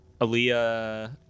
Aaliyah